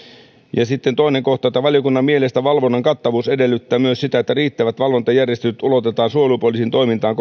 ja sitten toinen kohta valiokunnan mielestä valvonnan kattavuus edellyttää myös sitä että riittävät valvontajärjestelyt ulotetaan suojelupoliisin toimintaan